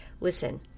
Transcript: Listen